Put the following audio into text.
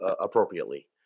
appropriately